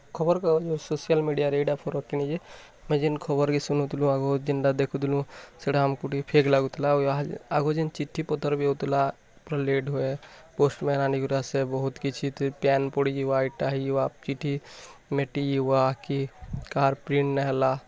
ଖବର୍ କାଗଜ ସୋସିଆଲ୍ ମିଡ଼ିଆରେ ଏଇଟା ଫରକ୍ କିଣି ଯେ ଆମେ ଯେନ୍ ଖବର୍ କେ ଶୁଣୁଥୁଲୁ ଆଉ ଦିନ୍ ଟା ଦେଖୁଥୁଲୁ ସେଇଟା ଆମ୍ କୁ ଟିକେ ଫେକ୍ ଲାଗୁଥିଲା ଓ ଏହା ଆଗ୍ ଯେନ୍ ଚିଠି ପତ୍ର ବି ହଉଥିଲା ପୁରା ଲେଟ୍ ହୁଏ ପୋଷ୍ଟ୍ ମେନ୍ ଆନିକିରି ଆସେ ବହୁତ୍ କିଛି ତେ ପ୍ୟାନ୍ ପଡ଼ିଯିବ ଆ ଏଇଟା ହେଇଯିବା ଚିଠି ମେଟିୱା କି କାହାର୍ ପ୍ରିଣ୍ଟ୍ ନେ ହେଲା